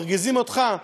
מרגיזים אותך,